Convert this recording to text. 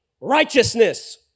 righteousness